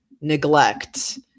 neglect